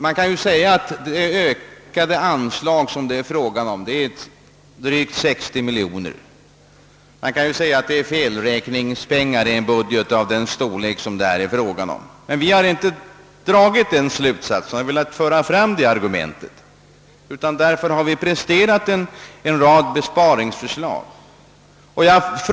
Man kan säga att det ökade anslag som det gäller — drygt 60 miljoner kronor — är felräkningspengar i en budget av den storleksordning det är fråga om. Men vi har inte velat föra fram det argumentet, därför har vi presenterat en rad besparingsförslag.